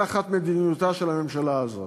תחת מדיניותה של הממשלה הזאת,